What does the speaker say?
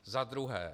Za druhé.